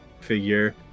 figure